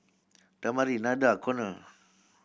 Damari Nada Konner